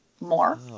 more